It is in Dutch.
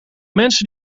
mensen